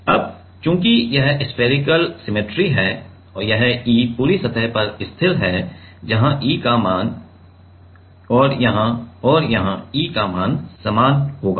अब चूँकि यह स्फेरिकल सिमिट्री है यह E पूरी सतह पर स्थिर है जहाँ E का मान या यहाँ और यहाँ E का परिमाण समान होगा